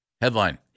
Headline